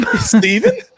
Stephen